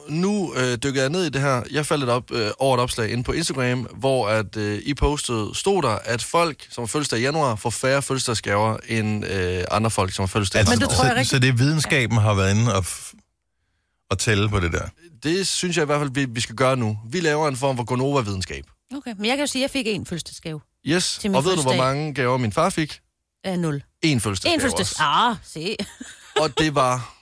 Nu, øh, dykker jeg ned i det her. Jeg faldt lidt op, øh, over et opslag inde på Instagram, hvor at, øh, I postede, stod der, at folk, som har fødselsdag i januar, får færre fødselsdagsgaver end, øh, andre folk, som har fødselsdag i januar. Altså, Men det tror jeg så- ikke rigtig. så det er videnskaben Ja. har været inde at f- at tælle på det der? Det synes jeg i hvert fald, vi- vi skal gøre nu. Vi laver en form for Gonova-videnskab. Okay, men jeg kan jo sige, at jeg fik én fødselsdagsgave Yes. til min Og ved du, hvor fødselsdag. mange gaver min far fik? Øh, nul. Én fødselsdagsgave Én fødselsdags- også. Ah, se. Og det var-